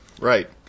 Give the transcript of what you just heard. Right